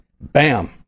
Bam